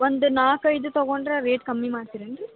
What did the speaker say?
ಒಂದು ನಾಲ್ಕು ಐದು ತೊಗೊಂಡ್ರೆ ರೇಟ್ ಕಮ್ಮಿ ಮಾಡ್ತಿರೇನು ರೀ